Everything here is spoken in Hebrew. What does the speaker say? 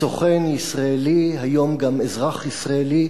סוכן ישראל, היום גם אזרח ישראלי,